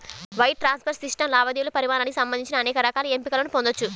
wire transfer system లావాదేవీల పరిమాణానికి సంబంధించి అనేక రకాల ఎంపికలను పొందొచ్చు